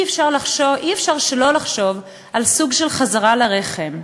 אי-אפשר שלא לחשוב על סוג של חזרה לרחם.